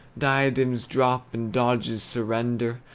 diadems drop and doges surrender,